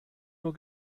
nur